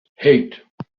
eight